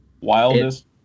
wildest